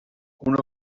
una